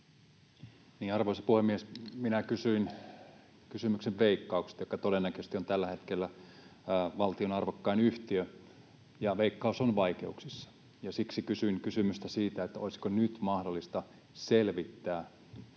Arvoisa puhemies! Minä kysyin kysymyksen Veikkauksesta, joka todennäköisesti on tällä hetkellä valtion arvokkain yhtiö, ja Veikkaus on vaikeuksissa. Siksi kysyin sitä, olisiko nyt mahdollista selvittää